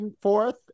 fourth